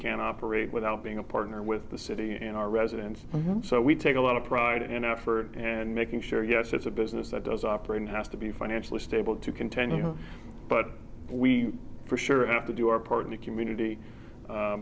can operate without being a partner with the city and our residents so we take a lot of pride and effort and making sure yes it's a business that does operate it has to be financially stable to continue but we for sure have to do our part in the community